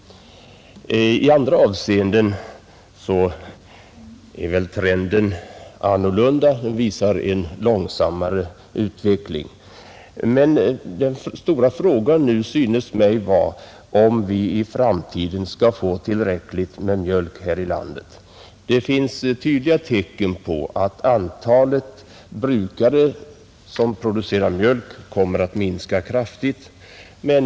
I andra avseenden är trenden annorlunda — den visar en långsammare utveckling. Den stora frågan nu synes mig vara om vi i framtiden skall få tillräckligt med mjölk här i landet, Det finns tydliga tecken på att antalet brukare som producerar mjölk kommer att minska kraftigt.